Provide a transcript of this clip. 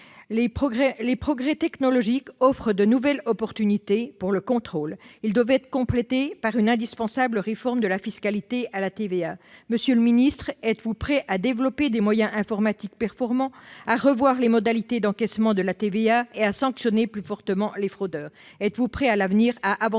Les progrès technologiques offrent de nouvelles opportunités pour le contrôle. Ils doivent être complétés par une indispensable réforme fiscale de la TVA. Êtes-vous prêt, monsieur le ministre, à développer des moyens informatiques performants, à revoir les modalités d'encaissement de la TVA et à sanctionner plus fortement les fraudeurs ?